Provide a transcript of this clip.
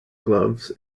gloves